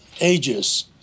ages